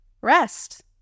Rest